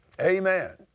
Amen